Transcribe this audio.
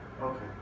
Okay